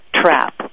trap